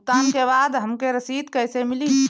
भुगतान के बाद हमके रसीद कईसे मिली?